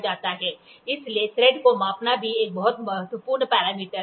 इसलिए थ्रेड को मापना भी एक बहुत महत्वपूर्ण पैरामीटर है